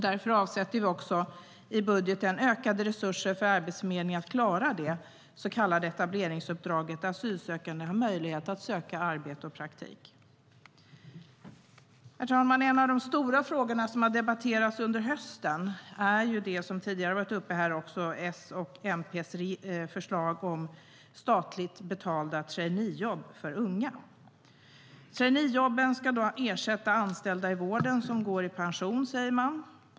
Därför avsätter vi i budgeten ökade resurser för att Arbetsförmedlingen ska klara det så kallade etableringsuppdraget, där asylsökande har möjlighet att söka arbete och praktik. Herr talman! En av de stora frågor som har debatterats under hösten är det som tidigare har varit upp här: S och MP:s förslag om statligt betalda traineejobb för unga. Traineejobben ska då ersätta anställda i vården som går i pension, säger man.